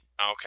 Okay